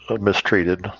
mistreated